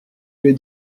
que